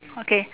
okay